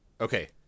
Okay